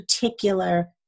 particular